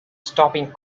stopping